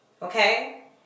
Okay